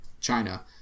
China